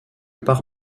par